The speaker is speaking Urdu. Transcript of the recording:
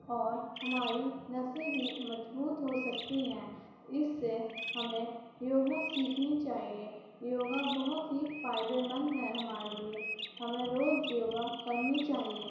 اور ہماری نسیں بھی مضبوط ہو سکتی ہیں اس سے ہمیں یوگا سیکھنی چاہیے یوگا بہت ہی فائدے مند ہے ہمارے لیے ہمیں روز یوگا کرنی چاہیے